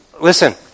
Listen